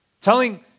Telling